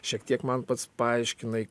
šiek tiek man pats paaiškinai